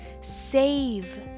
save